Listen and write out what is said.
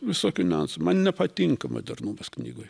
visokių niuansų man nepatinka modernumas knygoj